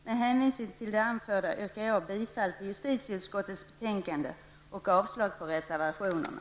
Med hänvisning till det anförda yrkar jag bifall till justitieutskottets hemställan och avslag på reservationerna.